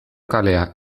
kalea